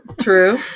true